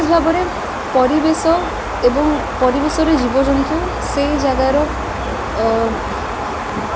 ଶ୍ରୀରାମଚନ୍ଦ୍ରଙ୍କ ଚରିତ ବିଷୟରେ ରାମାୟଣରେ ବାଖ୍ୟା ହୋଇଅଛି